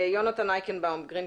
יונתן אייקנבאום, גרינפיס,